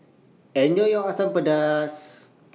Enjoy your Asam Pedas